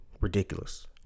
ridiculous